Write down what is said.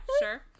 sure